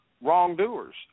wrongdoers